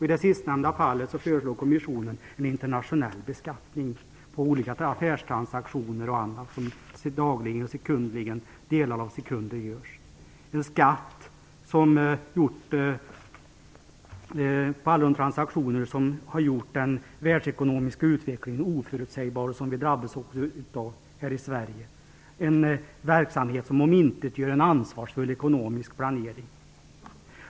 I det sistnämnda fallet föreslår kommissionen en internationell beskattning på affärstransaktioner m.m. som görs dagligen, "sekundligen" och delar av sekunder. Det skall vara en skatt på alla de transaktioner som har gjort den världsekonomiska utvecklingen oförutsägbar, vilket vi också drabbas av här i Sverige. Det är en verksamhet som omintetgör en ansvarsfull ekonomisk planering.